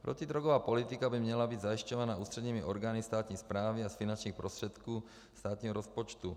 Protidrogová politika by měla být zajišťována ústředními orgány státní správy a z finančních prostředků státního rozpočtu.